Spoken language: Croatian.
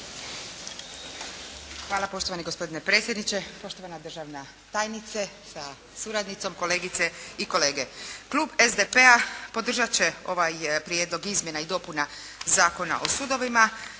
Hvala poštovani gospodine predsjedniče, poštovana državna tajnice sa suradnicom, kolegice i kolege. Klub SDP-a podržat će ovaj Prijedlog izmjena i dopuna Zakona o sudovima